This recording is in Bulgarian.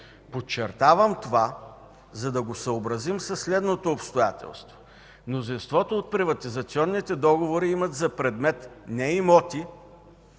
Подчертавам това, за да го съобразим със следното обстоятелство. Мнозинството от приватизационните договори имат за предмет не имоти,